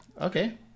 Okay